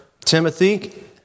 Timothy